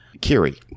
Kiri